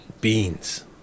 Beans